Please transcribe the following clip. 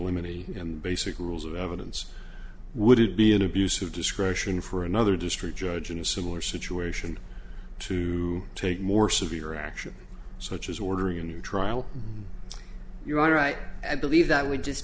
him basic rules of evidence would it be an abuse of discretion for another district judge in a similar situation to take more severe action such as ordering a new trial you are right i believe that we just